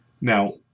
Now